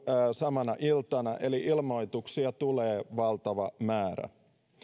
samana iltana ilmoituksia tulee valtava määrä